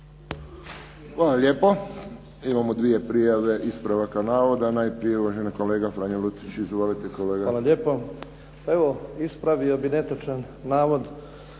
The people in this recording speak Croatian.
Hvala lijepo. Imamo dvije prijave ispravaka navoda. Najprije uvaženi kolega Franjo Lucić. Izvolite kolega. **Lucić, Franjo (HDZ)** Hvala lijepo. Evo ispravio bih netočan navod